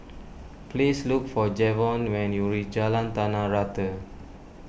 please look for Jevon when you reach Jalan Tanah Rata